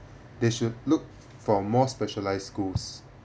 they should look for more specialised schools